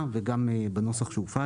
וגם בנוסח שהופץ